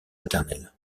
maternels